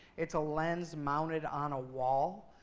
it's a lens mounted on a wall.